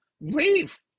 leave